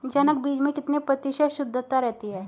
जनक बीज में कितने प्रतिशत शुद्धता रहती है?